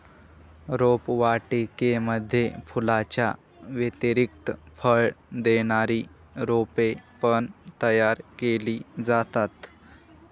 रोपवाटिकेमध्ये फुलांच्या व्यतिरिक्त फळ देणारी रोपे पण तयार केली जातात